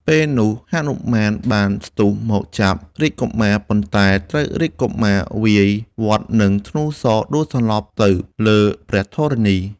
ពេលនោះហនុមានបានស្ទុះមកចាប់រាជកុមារ ប៉ុន្តែត្រូវរាជកុមារវាយវាត់នឹងធ្នូសរដួលសន្លប់ទៅលើព្រះធរណី។